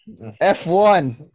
f1